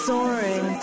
Soaring